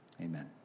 amen